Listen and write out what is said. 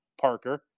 Parker